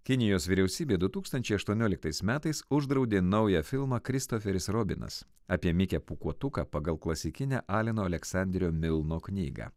kinijos vyriausybė du tūkstančiai aštuonioliktais metais uždraudė naują filmą kristoferis robinas apie mikę pūkuotuką pagal klasikinę aleno aleksanderio milno knygą